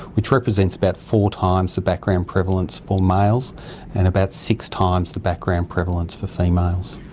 which represents about four times the background prevalence for males and about six times the background prevalence for females.